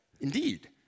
Indeed